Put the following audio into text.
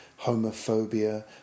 homophobia